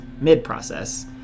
mid-process